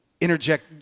interject